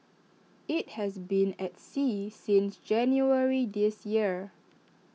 IT has been at sea since January this year